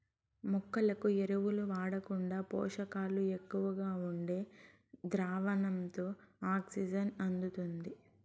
మొక్కలకు ఎరువులు వాడకుండా పోషకాలు ఎక్కువగా ఉండే ద్రావణంతో ఆక్సిజన్ అందుతుంది